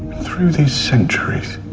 through these centuries.